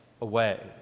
away